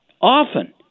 often